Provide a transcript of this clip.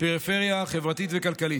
פריפריה חברתית וכלכלית.